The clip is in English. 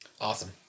Awesome